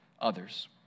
others